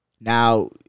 Now